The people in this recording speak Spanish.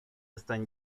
están